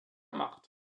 macht